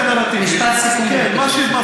כי זה יותר